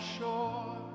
shore